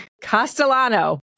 Castellano